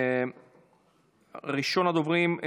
ראשון הדוברים,